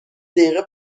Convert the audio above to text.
دقیقه